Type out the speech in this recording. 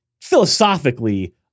philosophically